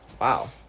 wow